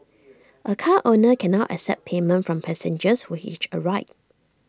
A car owner can now accept payment from passengers who hitch A ride